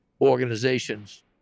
organizations